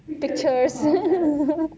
pictures